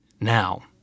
now